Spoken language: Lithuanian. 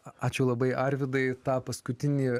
ačiū labai arvydai tą paskutinį